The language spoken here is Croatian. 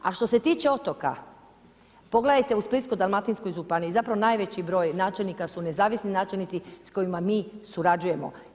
A što se tiče otoka, pogledajte u splitsko-dalmatinskoj županiji, zapravo najveći broj načelnika su nezavisni načelnici s kojima mi surađujemo.